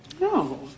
No